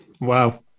Wow